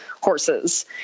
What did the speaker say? horses